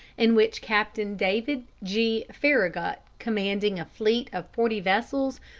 in which captain david g. farragut, commanding a fleet of forty vessels,